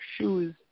shoes